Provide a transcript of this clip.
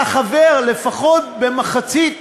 אתה חבר לפחות במחצית